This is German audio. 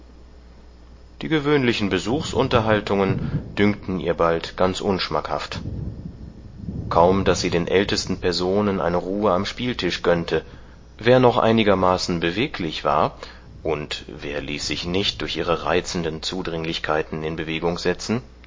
die gewöhnlichen besuchsunterhaltungen dünkten ihr bald ganz unschmackhaft kaum daß sie den ältesten personen eine ruhe am spieltisch gönnte wer noch einigermaßen beweglich war und wer ließ sich nicht durch ihre reizenden zudringlichkeiten in bewegung setzen